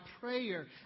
prayer